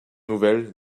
nouvelle